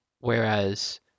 Whereas